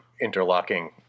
interlocking